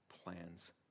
plans